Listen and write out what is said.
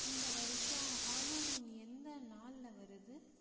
இந்த வருஷம் ஹாலோவீன் எந்த நாளில் வருது